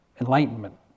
enlightenment